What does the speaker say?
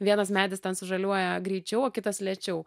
vienas medis ten sužaliuoja greičiau o kitas lėčiau